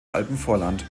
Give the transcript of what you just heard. alpenvorland